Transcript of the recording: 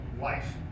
life